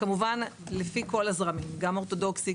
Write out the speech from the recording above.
כמובן לפי כל הזרמים גם אורתודוקסי,